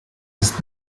ist